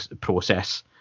process